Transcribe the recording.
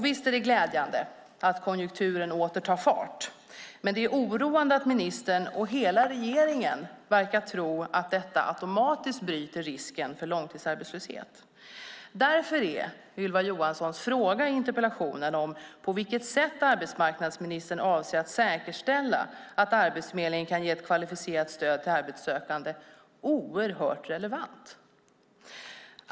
Visst är det glädjande att konjunkturen åter tar fart, men det är oroande att ministern och hela regeringen verkar tro att detta automatiskt bryter risken för långtidsarbetslöshet. Därför är Ylva Johanssons fråga i interpellationen, om på vilket sätt arbetsmarknadsministern avser att säkerställa att Arbetsförmedlingen kan ge ett kvalificerat stöd till arbetssökande, oerhört relevant.